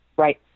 right